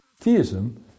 theism